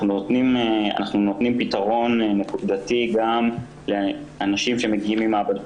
אנחנו נותנים פתרון נקודתי גם לאנשים שמגיעים ממעבדות אחרות.